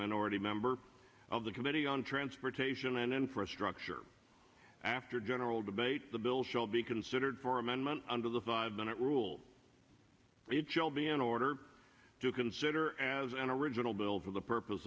minority member of the committee on transportation and infrastructure after general debate the bill shall be considered for amendment under the five minute rule in order to consider as an original bill for the purpose